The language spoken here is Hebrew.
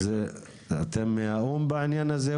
אתם מהאום בעניין הזה,